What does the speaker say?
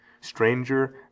stranger